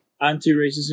anti-racism